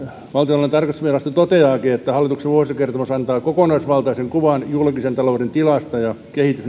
valtiontalouden tarkastusvirasto toteaakin että hallituksen vuosikertomus antaa kokonaisvaltaisen kuvan julkisen talouden tilasta ja kehitysnäkymistä ja